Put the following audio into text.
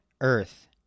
earth